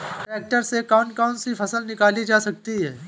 Tractor से कौन कौनसी फसल निकाली जा सकती हैं?